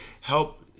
help